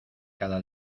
cada